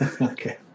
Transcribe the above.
Okay